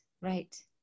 right